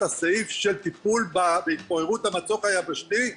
הסעיף של טיפול בהתפוררות המצוק היבשתי,